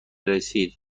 رسید